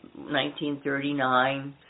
1939